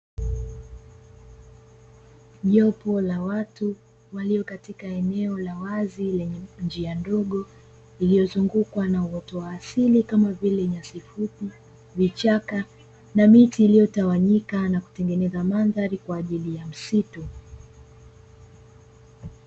Jopo la watu waliokatika eneo la wazi lenye njia ndogo, iliyozungukwa na uoto wa asili kama vile nyasi fupi, vichaka, na miti iliyotawanyika na kutengeneza mandhari kwa ajili ya msitu.